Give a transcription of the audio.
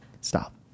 stop